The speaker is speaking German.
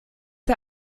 der